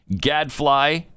Gadfly